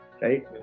right